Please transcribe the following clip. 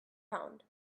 pound